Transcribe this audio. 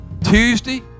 Tuesday